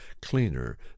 cleaner